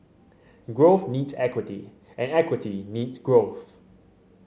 growth needs equity and equity needs growth